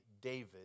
David